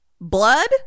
Blood